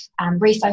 refocus